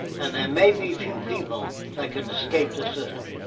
and there may be few people that can escape the system.